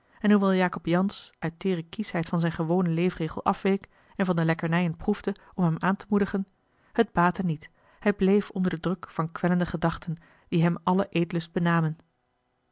en hoewel jacob jansz uit teêre kieschheid van zijn gewonen leefregel afweek en van de lekkernijen proefde om hem aan te moedigen het baatte niet hij bleef onder den druk van kwellende gedachten die hem allen eetlust benamen